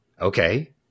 Okay